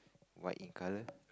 white in colour